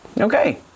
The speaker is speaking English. Okay